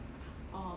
and we go and run and